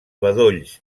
bedolls